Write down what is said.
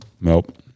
Nope